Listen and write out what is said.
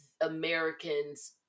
Americans